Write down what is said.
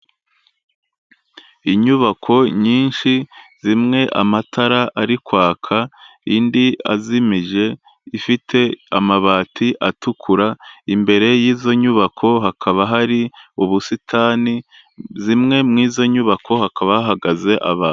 Inyubako nyinshi zimwe amatara ari kwaka indi azimije, ifite amabati atukura, imbere y'izo nyubako hakaba hari ubusitani zimwe mu izo nyubako hakaba hahagaze abantu.